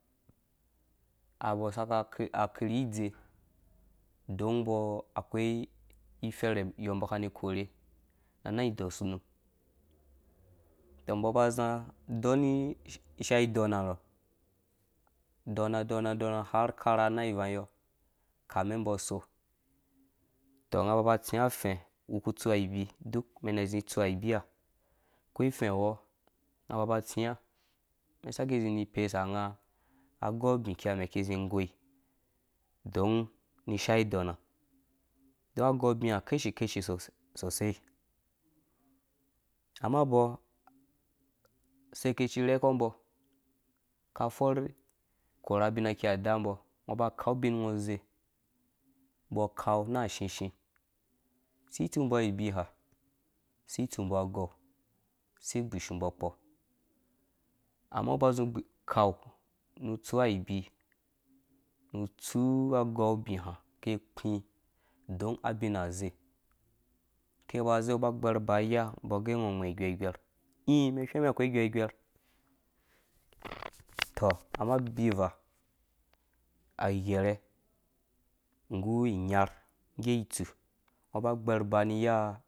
Awɔ asaka akeri idze don umbɔ akoi ifɛrhɛ iyɔ umbɔ aka isaka korhe na anang idɔsu unum utɔ umbɔ uba zĩã adɔni isha idonrɔ, dɔna dɔna dɔna har akara anaã ivang iyɔɔ kame umbɔ usok. utɔ, unga ababa atsiã ufɛ̃ unum ukpuku utsu abi uduk umɛn ina izi itsuabia, a koi ufɛ̃wɔ unga ababa atsiã umɛn iki isaki izĩ ipesa nga agau ubiĩ akei umɛn iki inggoi don ni isha-idon na. don agɔu ebiĩ ha ukashi-kashi sosai, amma abɔ usakaci urhekpɔ umbɔ aka fɔr ikurha abima kia adambɔ ungo uba ukau abin ngo azei, umbɔ akau na ashishĩ, asi itsu mbɔ abina, asi itsumbɔ agɔu, si igbishu mbɔkpɔ amma ung uba uzĩ ukau, nu utsu abi nu utsi agɔu ubiĩ hã ake akpiĩ don abina azei ake aba zei ungo ubɛr uba ni iya umbɔ age ungo ungwɛ igwerhgwerh ii umɛn ihweng mɛn akoi igwerh-gwerh, utɔ amma abi uvaa awu igherhe nggu inyar ngge itsu ungo ugbɛr uba ni yaa